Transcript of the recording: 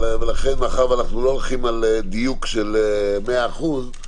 ולכן, מאחר שאנחנו לא הולכים על דיוק של מאה אחוז,